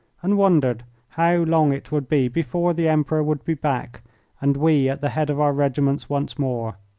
and wondered how long it would be before the emperor would be back and we at the head of our regiments once more.